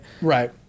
right